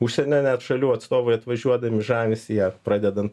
užsienio net šalių atstovai atvažiuodami žavisi ja pradedant